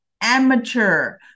amateur